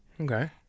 Okay